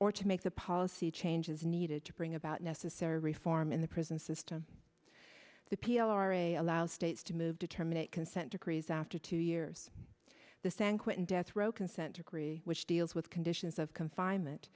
or to make the policy changes needed to bring about necessary reform in the prison system the p l r a allow states to move to terminate consent decrees after two years the san quentin death row consent decree which deals with conditions of confinement